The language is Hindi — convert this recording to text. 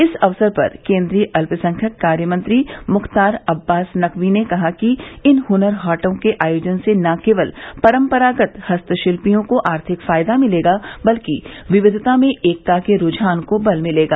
इस अवसर पर केन्द्रीय अत्पसंख्यक कार्य मंत्री मुख्तार अब्बास नक़वी ने कहा कि इन हनर हाटों के आयोजन से न केवल परम्परागत हस्तशिल्पियों को आर्थिक फायदा मिलेगा बल्कि विविधता में एकता के रूझान को बल मिलेगा